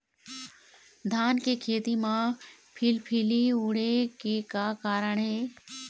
धान के खेती म फिलफिली उड़े के का कारण हे?